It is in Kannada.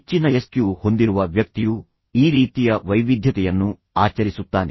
ಹೆಚ್ಚಿನ ಎಸ್ಕ್ಯೂ ಹೊಂದಿರುವ ವ್ಯಕ್ತಿಯು ವಾಸ್ತವವಾಗಿ ಈ ರೀತಿಯ ವೈವಿಧ್ಯತೆಯನ್ನು ಆಚರಿಸುತ್ತಾನೆ